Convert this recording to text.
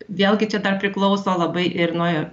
vėlgi čia dar priklauso labai ir nuo